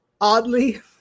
oddly